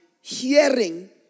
hearing